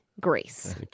Greece